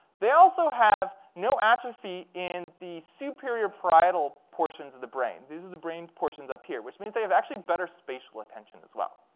they also have no atrophy in the superior parietal portions of the brain. these are the brain portions up here, which means they have actually better spatial attention as well.